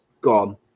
gone